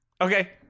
Okay